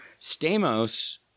Stamos